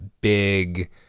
big